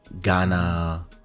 Ghana